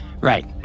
Right